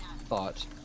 thought